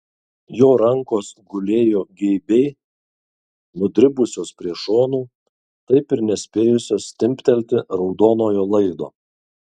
jo rankos gulėjo geibiai nudribusios prie šonų taip ir nespėjusios timptelti raudonojo laido